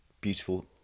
beautiful